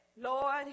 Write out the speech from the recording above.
Lord